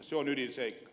se on ydinseikka